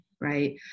right